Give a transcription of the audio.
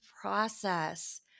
process